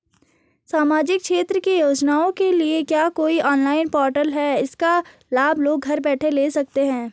सामाजिक क्षेत्र की योजनाओं के लिए क्या कोई ऑनलाइन पोर्टल है इसका लाभ लोग घर बैठे ले सकते हैं?